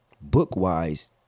book-wise